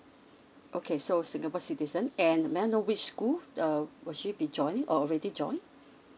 okay so singapore citizen and may I know which school uh will she be join or already join